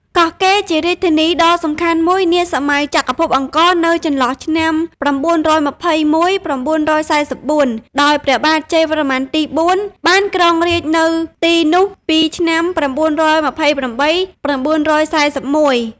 កោះកេរជារាជធានីដ៏សំខាន់មួយ នាសម័យចក្រភពអង្គរនៅចន្លោះឆ្នាំ៩២១-៩៤៤ ដោយព្រះបាទជ័យវរ្ម័នទី៤ បានគ្រងរាជនៅទីនោះពីឆ្នាំ៩២៨-៩៤១ ។